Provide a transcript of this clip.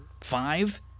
five